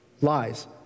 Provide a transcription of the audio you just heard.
lies